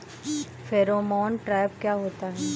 Pheromone trap क्या होता है?